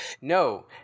No